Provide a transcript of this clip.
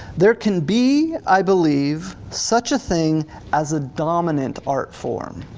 there can be i believe such a thing as a dominant art form.